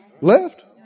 left